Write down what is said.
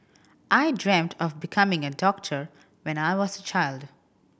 I dreamt of becoming a doctor when I was a child